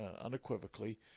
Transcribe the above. unequivocally